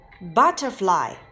Butterfly